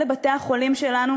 אלה בתי-החולים שלנו,